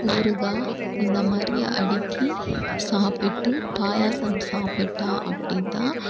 ஊறுகாய் இந்த மாதிரி அடிக்கி சாப்பிட்டு பாயாசம் சாப்பிட்டால் அப்படிதான்